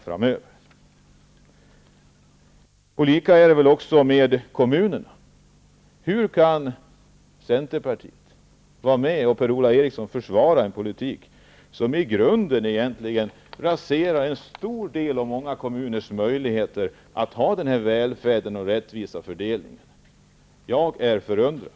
Samma sak är det med kommunerna. Hur kan centern och Per-Ola Eriksson försvara en politik som i grunden raserar en stor del av många kommuners möjligheter att ha en välfärd och en rättvis fördelning? Jag är förundrad.